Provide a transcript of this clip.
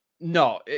No